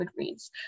Goodreads